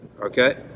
Okay